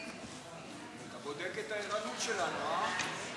אתה בודק את הערנות שלנו, אה?